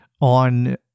on